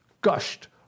gushed